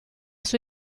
sua